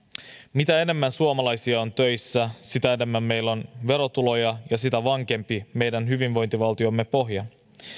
mitä enemmän suomalaisia on töissä sitä enemmän meillä on verotuloja ja sitä vankempi on meidän hyvinvointivaltiomme pohja